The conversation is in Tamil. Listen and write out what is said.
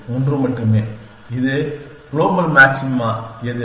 ஒன்று மட்டுமே இது க்ளோபல் மாக்ஸிமா எது